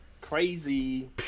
crazy